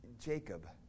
Jacob